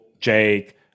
Jake